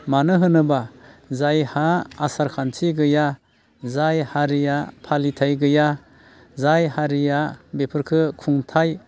मानो होनोब्ला जायहा आसार खान्थि गैया जाय हारिया फालिथाय गैया जाय हारिया बेफोरखो खुंथाय